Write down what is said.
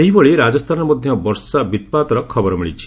ସେହିଭଳି ରାଜସ୍ଥାନରେ ମଧ୍ୟ ବର୍ଷା ବିପ୍ପାତର ଖବର ମିଳିଛି